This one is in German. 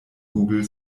google